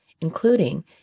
including